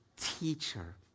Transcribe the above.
teacher